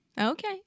Okay